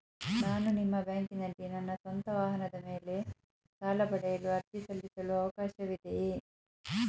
ನಾನು ನಿಮ್ಮ ಬ್ಯಾಂಕಿನಲ್ಲಿ ನನ್ನ ಸ್ವಂತ ವಾಹನದ ಮೇಲೆ ಸಾಲ ಪಡೆಯಲು ಅರ್ಜಿ ಸಲ್ಲಿಸಲು ಅವಕಾಶವಿದೆಯೇ?